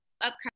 upcoming